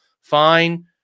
fine